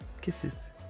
Kisses